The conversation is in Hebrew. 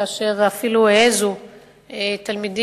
כאשר אפילו העזו תלמידים,